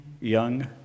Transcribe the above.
young